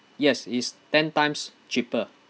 yes it's ten times cheaper